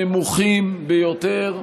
הנמוכים ביותר,